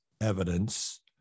evidence